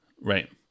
Right